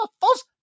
false